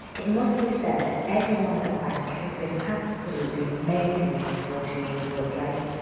it must be said that everyone at the bank has been absolutely amazing in supporting me in the workplace,